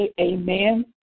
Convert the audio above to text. Amen